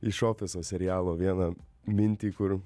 iš ofiso serialo vieną mintį kur